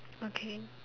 okay